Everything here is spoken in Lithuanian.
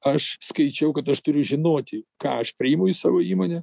aš skaičiau kad aš turiu žinoti ką aš priimu į savo įmonę